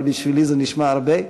אבל בשבילי זה נשמע הרבה.